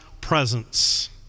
presence